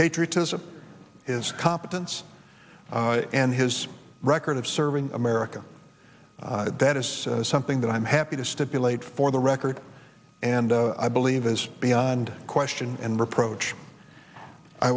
patriotism his competence and his record of serving america that is something that i'm happy to stipulate for the record and i believe is beyond question and reproach i